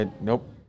nope